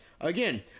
Again